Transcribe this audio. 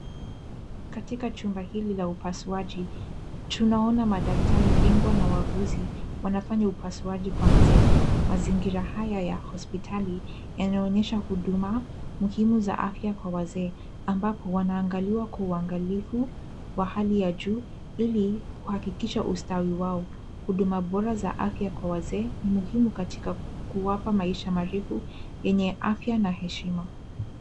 Katika chumba hili la upasuaji, tunaona madaktari bingwa na wauguzi wanafanya upasuaji kwa mzee. Mazingira haya ya hospitali yanaonyesha huduma muhimu za afya kwa wazee, ambapo wanaangaliwa kwa uangalifu wa hali ya juu ili kuhakikisha ustawi wao. Huduma bora za afya kwa wazee ni muhimu katika kuwapa maisha marefu yenye afya na heshima.